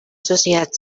sociedad